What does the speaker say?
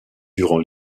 durant